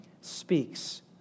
speaks